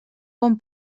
bon